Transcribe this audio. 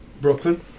Brooklyn